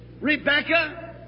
Rebecca